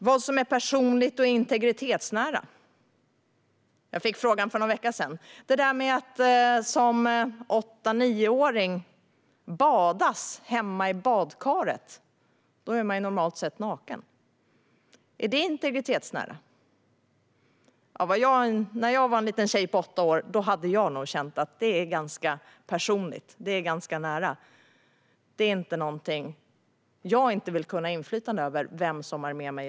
Jag fick för någon vecka sedan frågan vad som är personligt och integritetsnära. En åtta-, nioåring som badas hemma i badkaret är normalt sett naken. Är det integritetsnära? När jag var en liten tjej på åtta år hade jag nog känt att det är ganska personligt och nära. Vem som är med mig i den situationen är inte någonting som jag inte vill kunna ha inflytande över.